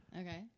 Okay